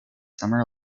summer